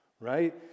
Right